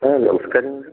ಹಾಂ ನಮ್ಸ್ಕಾರ ರೀ